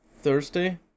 Thursday